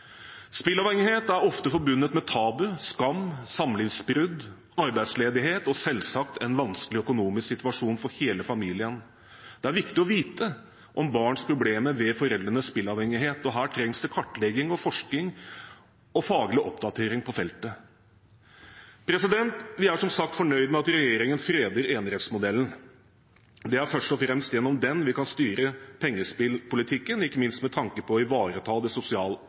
Spillavhengighet er ofte forbundet med tabu, skam, samlivsbrudd, arbeidsledighet og selvsagt en vanskelig økonomisk situasjon for hele familien. Det er viktig å vite om barns problemer ved foreldrenes spillavhengighet, og her trengs det kartlegging, forskning og faglig oppdatering på feltet. Vi er som sagt fornøyd med at regjeringen freder enerettsmodellen. Det er først og fremst gjennom den vi kan styre pengespillpolitikken, ikke minst med tanke på å ivareta det